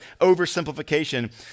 oversimplification